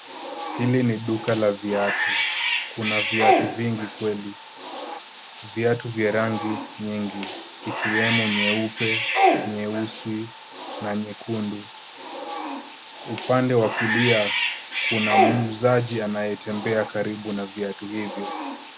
Hili ni duka la viatu. Kuna viatu vingi kweli, viatu vya rangi nyingi ikiwemo nyeupe, nyeusi na nyekundu. Upande wa kulia kuna muuzaji anayetembea karibu na viatu hivyo.